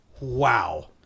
wow